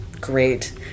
Great